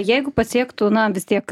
jeigu pasiektų na vis tiek